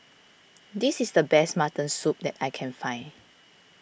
this is the best Mutton Soup that I can find